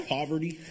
poverty